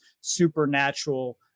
supernatural